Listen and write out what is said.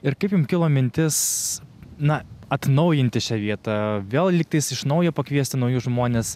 ir kaip jum kilo mintis na atnaujinti šią vietą vėl lygtais iš naujo pakviesti naujus žmones